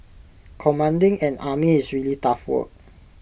commanding an army is really tough work